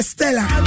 Stella